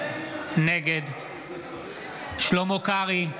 נגד שלמה קרעי,